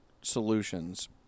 solutions